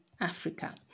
Africa